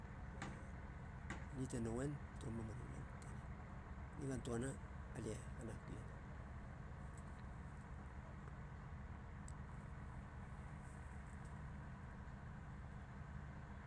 Nit e nowen turu mamanu lan. nonei puku. lie hhanap gi eni.